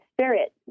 spirit